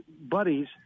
buddies